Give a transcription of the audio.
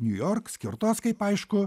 niujork skirtos kaip aišku